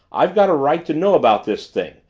i've got a right to know about this thing.